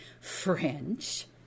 French